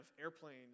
airplanes